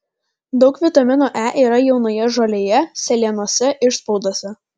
daug vitamino e yra jaunoje žolėje sėlenose išspaudose